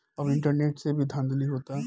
अब इंटरनेट से भी धांधली होता